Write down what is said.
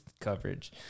coverage